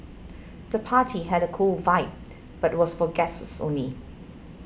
the party had a cool vibe but was for guests only